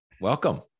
welcome